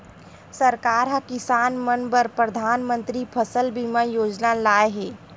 सरकार ह किसान मन बर परधानमंतरी फसल बीमा योजना लाए हे